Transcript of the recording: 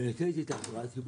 בנושא של התחבורה הציבורית,